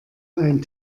ein